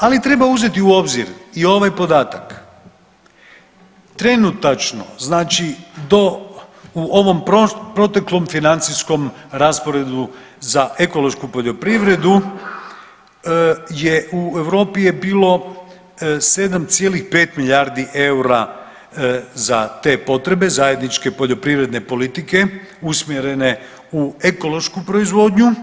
Ali treba uzeti u obzir i ovaj podatak, trenutačno znači u ovom proteklom financijskom rasporedu za ekološku poljoprivredu u Europi je bilo 7,5 milijardi eura za te potrebe zajedničke poljoprivredne politike usmjerene u ekološku proizvodnju.